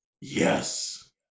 Yes